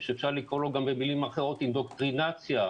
שאפשר לו במלים אחרות אינדוקטרינציה,